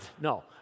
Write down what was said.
no